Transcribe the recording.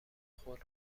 خود